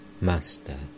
Master